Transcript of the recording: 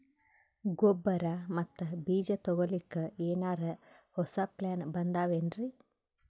ಗೊಬ್ಬರ ಮತ್ತ ಬೀಜ ತೊಗೊಲಿಕ್ಕ ಎನರೆ ಹೊಸಾ ಪ್ಲಾನ ಬಂದಾವೆನ್ರಿ?